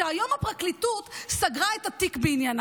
שהיום הפרקליטות סגרה את התיק בעניינה,